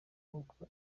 nk’uko